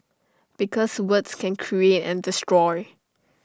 because words can create and destroy